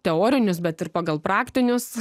teorinius bet ir pagal praktinius